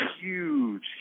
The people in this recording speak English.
huge